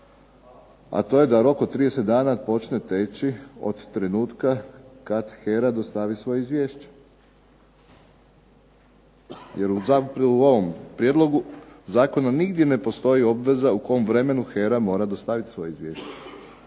a to je da rok od 30 dana počne teći od trenutka kad HERA dostavi svoje izvješće. Jer u ovom prijedlogu zakona nigdje ne postoji obveza u kom vremenu HERA mora dostavit svoje izvješće.